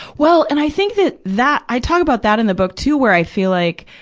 well, and i think that that i talk about that in the book, too, where i feel like,